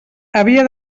havia